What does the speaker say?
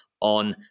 on